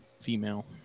female